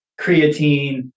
creatine